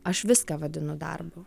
aš viską vadinu darbu